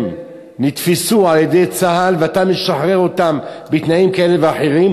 נתפסו על-ידי צה"ל ואתה משחרר אותם בתנאים כאלה ואחרים,